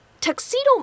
Tuxedo